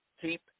keep